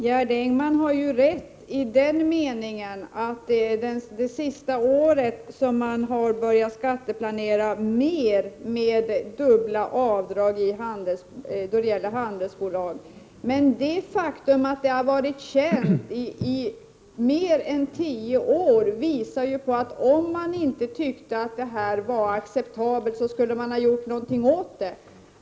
Herr talman! Gerd Engman har rätt i den meningen att det är under det senaste året som man har börjat skatteplanera mer med dubbla avdrag då det gäller handelsbolag. Men det faktum att det har varit känt i mer än tio år visar att om regeringen inte tyckt att det var acceptabelt skulle den ha gjort någonting åt det.